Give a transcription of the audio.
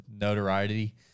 notoriety